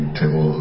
table